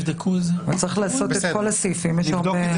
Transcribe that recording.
צריך לשנות את כל הסעיפים, ויש הרבה.